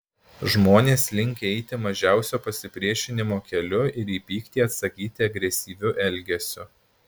žmonės linkę eiti mažiausio pasipriešinimo keliu ir į pyktį atsakyti agresyviu elgesiu